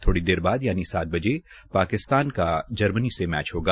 थोरी देर बाद यानि सात बजे पाकिस्तान का जर्मनी से मैच होगा